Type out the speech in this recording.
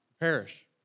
perish